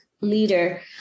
Leader